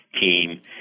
team